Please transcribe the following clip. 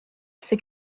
c’est